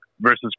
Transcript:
versus